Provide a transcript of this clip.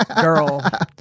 girl